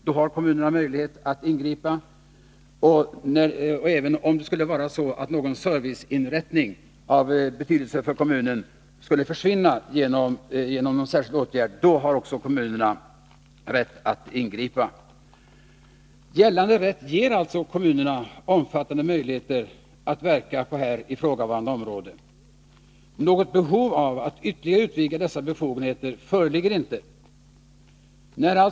Detsamma gäller om någon serviceinrättning av betydelse för kommunen skulle försvinna genom någon särskild åtgärd. Då har också kommunerna rätt att ingripa. Gällande rätt ger alltså kommunerna omfattande möjligheter att verka på här ifrågavarande område. Något behov av att ytterligare utvidga dessa befogenheter föreligger inte.